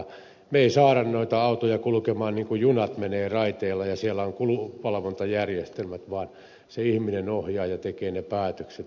me emme saa noita autoja kulkemaan niin kuin junat menevät raiteilla ja siellä on kulunvalvontajärjestelmät vaan se ihminen ohjaa ja tekee ne päätökset